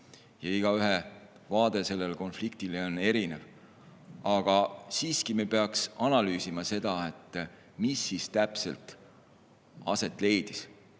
ja igaühe vaade sellele konfliktile on erinev. Aga siiski, me peaks analüüsima seda, mis täpselt aset leidis,